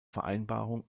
vereinbarung